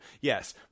yes